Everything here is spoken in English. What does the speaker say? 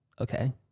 okay